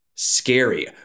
Scary